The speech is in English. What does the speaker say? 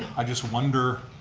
i just wonder,